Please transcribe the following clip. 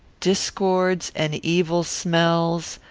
discords and evil smells,